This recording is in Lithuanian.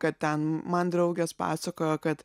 kad ten man draugės pasakojo kad